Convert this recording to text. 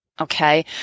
okay